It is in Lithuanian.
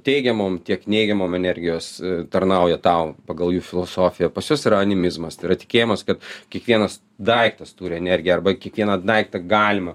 teigiamom tiek neigiamom energijos tarnauja tau pagal jų filosofiją pas juos yra animizmas tai yra tikėjimas kad kiekvienas daiktas turi energiją arba kiekvieną daiktą galima